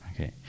Okay